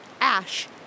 ash